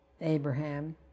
Abraham